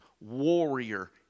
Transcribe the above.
warrior